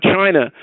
China